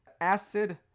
Acid